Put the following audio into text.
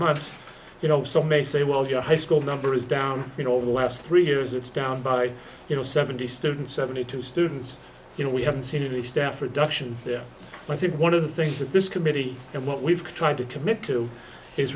months you know some may say well your high school number is down you know over the last three years it's down by you know seventy students seventy two students you know we haven't seen any staff reductions there and i think one of the things that this committee and what we've tried to commit to is